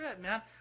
man